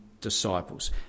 disciples